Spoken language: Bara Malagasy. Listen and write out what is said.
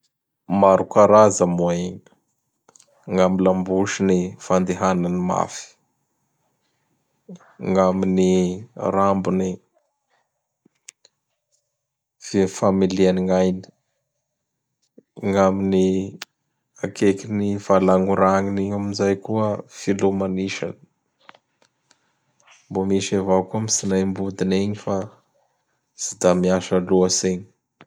Maro karaza moa igny. Gny amin'ny lambosiny fandehanany mafy. Gny amin'ny rambony familiany gny ainy. Gny amin'ny akaikin'ny valagnorany eo amin'izay koa filomanisany. Mbô misy avao koa amin'ny tsinaim-bodiny egny fa tsy da miasa loatsy igny.